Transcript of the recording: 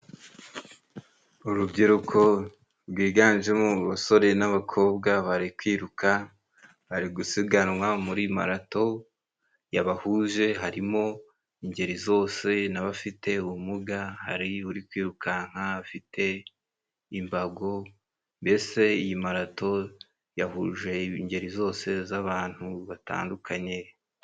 Urubyiruko rwiganjemo abasore n'abakobwa. Bari kwiruka, bari gusiganwa muri marato yabahuje. Harimo ingeri zose n'abafite ubumuga. Hari uri kwirukanka afite imbago, mbese iyi marato yahuje ingeri zose z'abantu batandukanye.